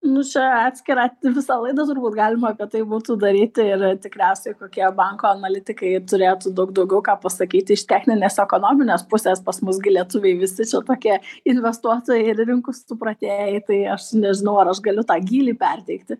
nu čia atskira visą laidą turbūt galima apie tai būtų daryti ir tikriausiai kokie banko analitikai jie turėtų daug daugiau ką pasakyti iš techninės ekonominės pusės pas mus gi lietuviai visi čia tokie investuotojai ir rinkų supratėjai tai aš nežinau ar aš galiu tą gylį perteikti